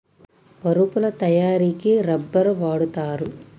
పరుపుల తయారికి రబ్బర్ వాడుతారు